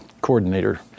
coordinator